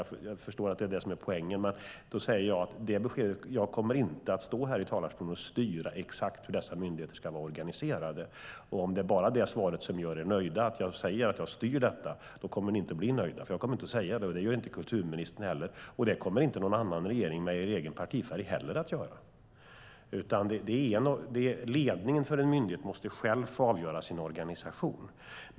Jag förstår att det är det som är poängen, men jag kommer inte att stå här i talarstolen och styra exakt hur dessa myndigheter ska vara organiserade. Om det bara är det svaret som gör er nöjda, att jag säger att jag styr detta, kommer ni inte att bli nöjda. Jag kommer inte att säga det, och inte kulturministern heller. Det kommer heller inte en regering med er egen partifärg att göra. Ledningen för en myndighet måste själv få avgöra sin organisation.